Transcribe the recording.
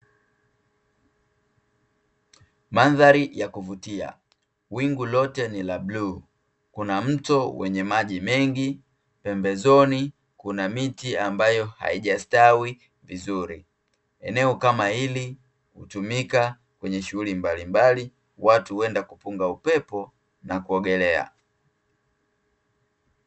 Mandhari ya kuvutia, wingu lote ni la bluu, kuna mto wenye maji mengi, pembezoni kuna miti ambayo haijastawi vizuri. Eneo kama hili hutumika kwenye shughuli mbalimbali, watu huenda kupunga upepo na kuogelea.